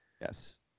Yes